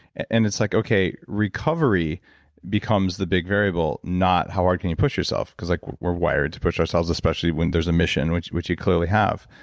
and it's like recovery becomes the big variable, not how hard can you push yourself, because like we're wired to push ourselves especially when there's a mission, which which you clearly have.